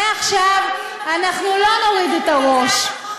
מעכשיו אנחנו לא נוריד את הראש.